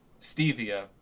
stevia